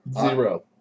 Zero